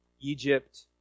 Egypt